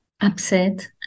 upset